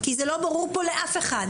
כי זה לא ברור פה לאף אחד.